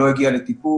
לא יגיע לטיפול,